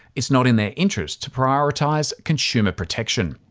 it's not in their interest to prioritise consumer protection.